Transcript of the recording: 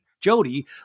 Jody